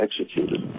executed